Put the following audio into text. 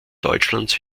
deutschlands